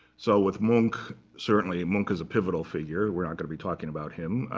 so with munch certainly munch is a pivotal figure. we're not going to be talking about him.